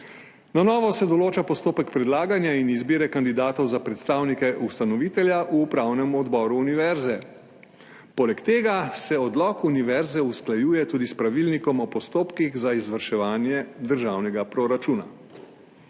Na novo se določa postopek predlaganja in izbire kandidatov za predstavnike ustanovitelja v upravnem odboru univerze. Poleg tega se odlok univerze usklajuje tudi s Pravilnikom o postopkih za izvrševanje državnega proračuna.